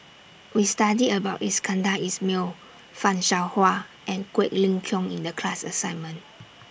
We studied about Iskandar Ismail fan Shao Hua and Quek Ling Kiong in The class assignment